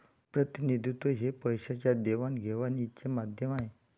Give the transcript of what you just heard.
प्रतिनिधित्व हे पैशाच्या देवाणघेवाणीचे माध्यम आहे